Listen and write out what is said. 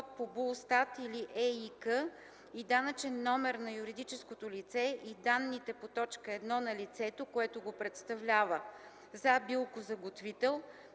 по БУЛСТАТ или ЕИК и данъчен номер на юридическото лице и данните по т. 1 на лицето, което го представлява – за билкозаготвител